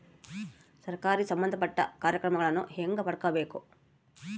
ಸರಕಾರಿ ಸಂಬಂಧಪಟ್ಟ ಕಾರ್ಯಕ್ರಮಗಳನ್ನು ಹೆಂಗ ಪಡ್ಕೊಬೇಕು?